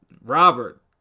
Robert